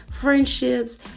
friendships